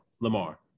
Lamar